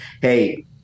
Hey